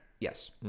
Yes